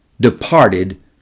departed